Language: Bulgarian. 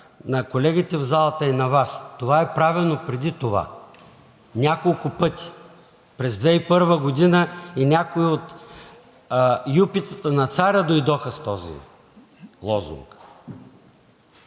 на колегите в залата и на Вас: това е правено преди това няколко пъти – през 2001 г. и някои от юпитата на царя дойдоха с този лозунг.